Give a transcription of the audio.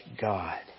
God